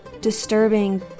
disturbing